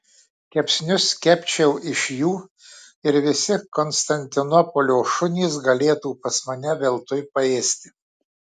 kepsnius kepčiau iš jų ir visi konstantinopolio šunys galėtų pas mane veltui paėsti